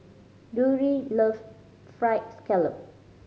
Drury love Fried Scallop